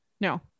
No